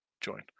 join